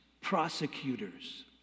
prosecutors